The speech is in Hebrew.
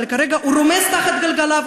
אבל כרגע הוא רומס תחת גלגליו,